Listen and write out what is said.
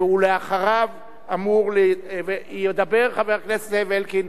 אחריו ידבר חבר הכנסת זאב אלקין,